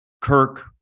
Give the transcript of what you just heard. Kirk